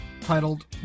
titled